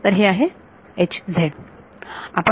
तर हे आहे आपण